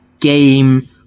game